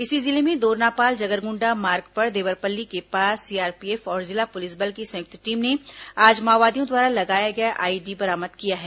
इसी जिले में दोरनापाल जगरगुंडा मार्ग पर देवरपल्ली के पास सीआरपीएफ और जिला पुलिस बल की संयुक्त टीम ने आज माओवादियों द्वारा लगाया गया आईईडी बरामद किया है